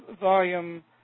volume